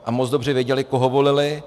A moc dobře věděli, koho volili.